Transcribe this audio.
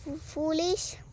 foolish